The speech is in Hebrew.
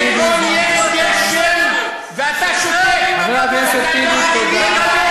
אישה היא אישה, לא חשוב מי היא את זה אני מגנה.